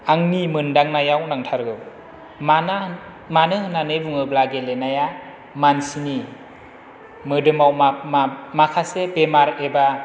आंनि मोनदांनायाव नांथारगौ मानो मानो होननानै बुङोब्ला मानसिनि मोदोमाव मा मा माखासे बेमार एबा